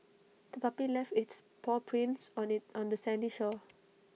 the puppy left its paw prints on the on the sandy shore